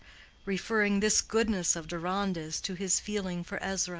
referring this goodness of deronda's to his feeling for ezra.